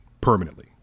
permanently